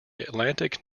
atlantic